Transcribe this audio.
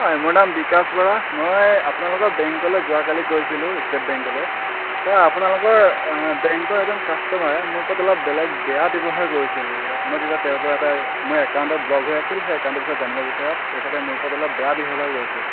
হয় মোৰ নাম বিকাশ বৰা মই আপোনালোকৰ বেংকলৈ যোৱাকালি গৈছিলোঁ ষ্টেট বেংকলৈ তাৰ আপোনালোকৰ বেংকৰ এজন কাষ্টমাৰে মোৰ ওপৰত অলপ বেলেগ বেয়া ব্যৱহাৰ কৰিছিল মই যেতিয়া তেওঁৰ পৰা এটা মোৰ একাউণ্ট এটা ব্লক হৈ আছিল সেই একাউণ্টৰ বিষয়ত জানিব বিচাৰত তেখেতে মোৰ ওপৰত অলপ বেয়া ব্যৱহাৰ কৰিছিল